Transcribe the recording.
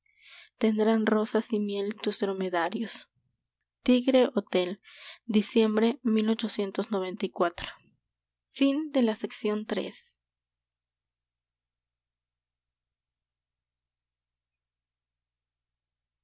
tendrán rosas y miel tus dromedarios tigre hotel diciembre